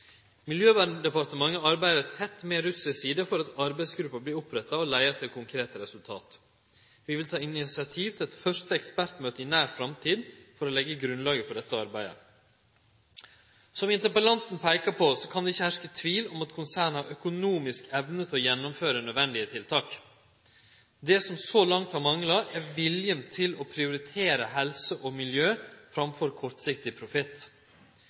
Miljøverndepartementet arbeider tett med russisk side for at arbeidsgruppa vert oppretta og leier til konkrete resultat. Vi vil ta initiativ til eit første ekspertmøte i nær framtid for å leggje grunnlaget for dette arbeidet. Som interpellanten peikar på, kan det ikkje herske tvil om at konsernet har økonomisk evne til å gjennomføre nødvendige tiltak. Det som så langt har mangla, er viljen til å prioritere helse og miljø framfor kortsiktig